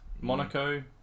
Monaco